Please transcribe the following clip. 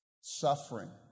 suffering